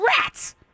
Rats